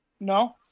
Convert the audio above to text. No